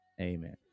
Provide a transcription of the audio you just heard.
Amen